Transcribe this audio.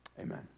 Amen